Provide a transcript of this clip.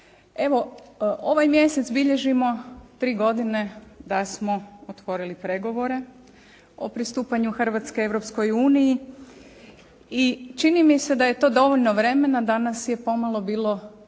ovaj mjesec bilježimo tri godine da smo otvorili pregovore o pristupanju Hrvatske Europskoj uniji i čini mi se da je to dovoljno vremena. Danas je pomalo bilo